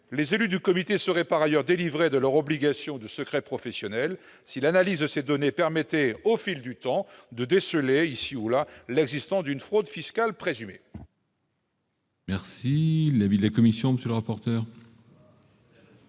les élus du comité seraient par ailleurs délivrés de leur obligation de secret professionnel si l'analyse de ces données permettait, au fil du temps, de déceler ici ou là l'existence d'une fraude fiscale présumée.